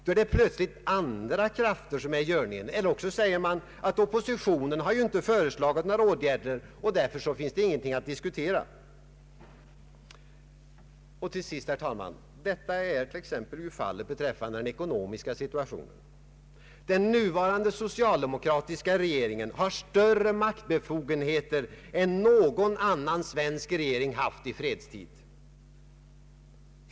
Då är det plötsligt andra krafter som är i görningen. Eller också säger man att oppositionen ju inte har föreslagit några åtgärder och därför finns det ingenting att diskutera. Herr talman! Detta är t.ex. fallet beträffande den ekonomiska situationen. Den nuvarande socialdemokratiska regeringen har större maktbefogenheter än någon annan svensk regering haft i fredstid.